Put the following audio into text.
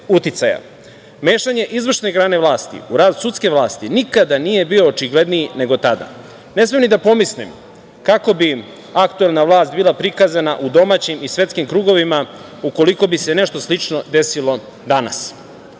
uticaja.Mešanje izvršne grane vlasti u rad sudske vlasti nikada nije bio očigledniji nego tada. Ne smem ni da pomislim kako bi aktuelna vlast bila prikazana u domaćim i svetskim krugovima ukoliko bi se nešto slično desilo danas.